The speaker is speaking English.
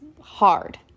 hard